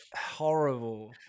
horrible